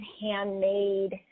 handmade